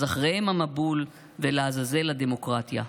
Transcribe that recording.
אז אחריהם המבול ולעזאזל הדמוקרטיה.